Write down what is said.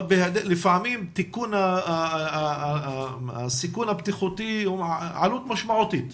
אבל לפעמים תיקון הסיכון הבטיחותי יש לו עלות משמעותית.